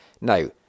Now